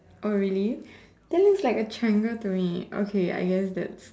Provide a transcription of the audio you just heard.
oh really that looks like a triangle to me okay I guess that's